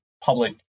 public